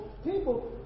People